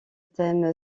thème